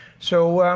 so.